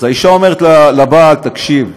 אז האישה אומרת לבעל: תקשיב,